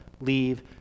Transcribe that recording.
leave